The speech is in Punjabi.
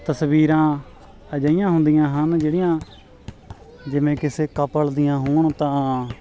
ਤਸਵੀਰਾਂ ਅਜਿਹੀਆਂ ਹੁੰਦੀਆਂ ਹਨ ਜਿਹੜੀਆਂ ਜਿਵੇਂ ਕਿਸੇ ਕਪਲ ਦੀਆਂ ਹੋਣ ਤਾਂ